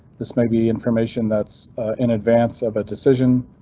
this maybe information that's in advance of a decision,